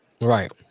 Right